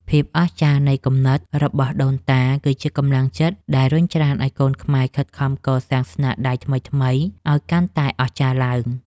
ភាពអស្ចារ្យនៃគំនិតរបស់ដូនតា គឺជាកម្លាំងចិត្តដែលរុញច្រានឱ្យកូនខ្មែរខិតខំកសាងស្នាដៃថ្មីៗឱ្យកាន់តែអស្ចារ្យឡើង។